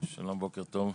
שלום, בוקר טוב,